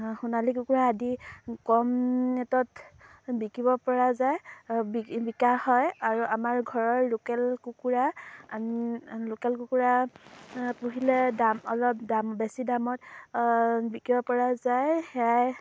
সোণালী কুকুৰা আদি কম ৰেটটত বিকিব পৰা যায় বিকা হয় আৰু আমাৰ ঘৰৰ লোকেল কুকুৰা লোকেল কুকুৰা পুহিলে দাম অলপ দাম বেছি দামত বিকিব পৰা যায় সেয়াই